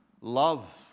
Love